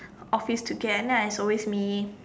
office to get then it's always me